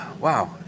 Wow